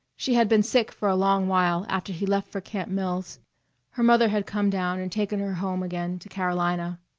she had been sick for a long while after he left for camp mills her mother had come down and taken her home again to carolina.